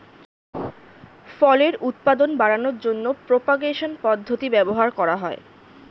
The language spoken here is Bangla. ফলের উৎপাদন বাড়ানোর জন্য প্রোপাগেশন পদ্ধতি ব্যবহার করা হয়